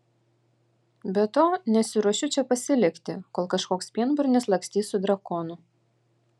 be to nesiruošiu čia pasilikti kol kažkoks pienburnis lakstys su drakonu